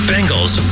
Bengals